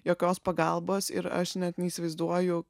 jokios pagalbos ir aš net neįsivaizduoju